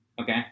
Okay